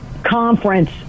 conference